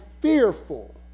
fearful